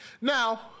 Now